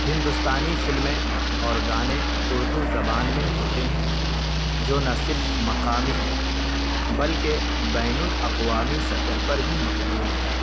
ہندوستانی فلمیں اور گانے اردو زبان میں ہوتے ہیں جو نہ صرف مقامی بلکہ بین الاقوامی سطح پر بھی مقبول ہیں